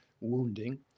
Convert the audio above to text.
wounding